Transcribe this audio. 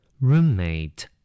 Roommate